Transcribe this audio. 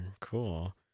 cool